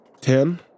Ten